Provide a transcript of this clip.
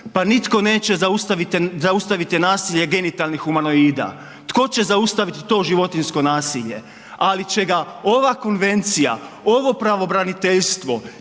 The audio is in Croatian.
Pa nitko neće zaustaviti nasilje genitalnih humanoida, tko će zaustaviti to životinjsko nasilje ali će ga ova konvencija, ovo pravobraniteljstvo